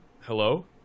Hello